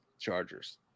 chargers